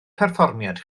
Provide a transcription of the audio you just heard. perfformiad